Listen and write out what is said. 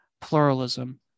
pluralism